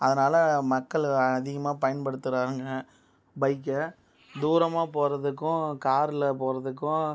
அதனால் மக்கள் அதிகமாக பயன்படுத்துகிறாங்க பைக்கை தூரமாக போகிறதுக்கும் காரில் போகிறதுக்கும்